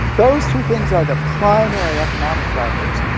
those two things are the primary economic drivers.